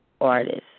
artist